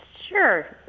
sure